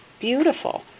beautiful